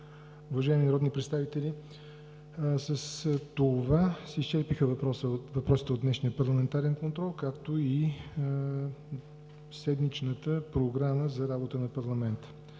Уважаеми народни представители, с това се изчерпиха въпросите от днешния парламентарен контрол, както и седмичната Програма за работа на парламента.